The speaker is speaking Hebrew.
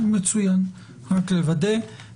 יבוא "אשר יכלול ראיונות עומק".